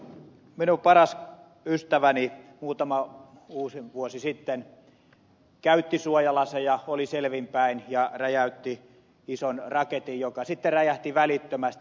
minun paras ystäväni muutama uusivuosi sitten käytti suojalaseja oli selvin päin ja räjäytti ison raketin joka räjähti välittömästi